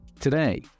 today